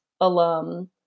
alum